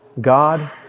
God